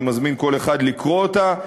אני מזמין כל אחד לקרוא אותה,